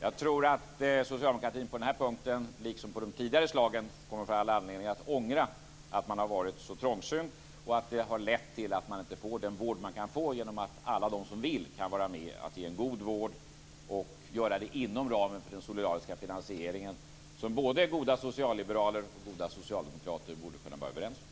På den här punkten, liksom på de tidigare, tror jag att socialdemokratin kommer att få all anledning att ångra att man har varit så trångsynt och att det har lett till att man inte får den vård man kan få genom att alla de som vill, kan vara med och ge en god vård och göra det inom ramen för den solidariska finansieringen. Det borde både goda socialliberaler och goda socialdemokrater kunna vara överens om.